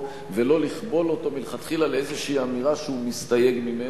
ולא לכבול אותו מלכתחילה לאיזושהי אמירה שהוא מסתייג ממנו.